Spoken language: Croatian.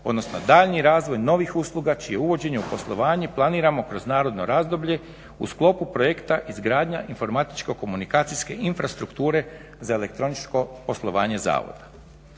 odnosno daljnji razvoj novih usluga čije uvođenje u poslovanje planiramo kroz naredno razdoblje u sklopu projekta izgradnja informatičko komunikacijske infrastrukture za elektroničko poslovanje zavoda.